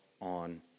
on